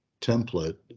template